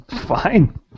Fine